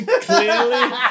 clearly